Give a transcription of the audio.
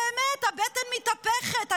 באמת, הבטן מתהפכת.